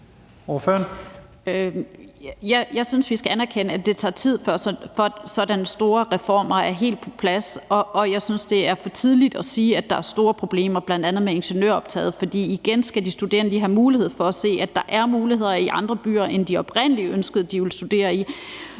(M): Jeg synes, vi skal anerkende, at det tager tid, før sådanne store reformer er helt på plads. Og jeg synes, det er for tidligt at sige, at der er store problemer bl.a. med ingeniørfaget, for igen vil jeg sige, at de studerende lige skal have mulighed for at se, at der er muligheder i andre byer end dem, de oprindelig ønskede at studere i.